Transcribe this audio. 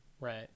Right